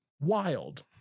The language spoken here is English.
wild